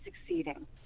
succeeding